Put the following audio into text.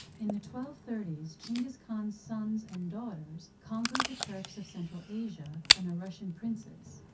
in the twelve thirty s, chinggis khan's sons and daughters conquered the turks of central asia and the russian princes,